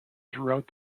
throughout